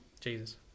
Jesus